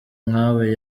nkawe